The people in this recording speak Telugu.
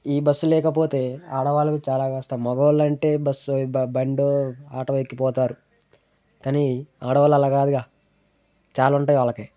ఈ బస్సు లేకపోతే ఆడవాళ్ళకు చాలా కష్టం మగవాళ్ళంటే బస్సు బండో ఆటో ఎక్కిపోతారు కానీ ఆడవాళ్ళు అలా కాదుగా చాలా ఉంటాయి వాళ్ళకి